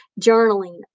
journaling